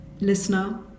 listener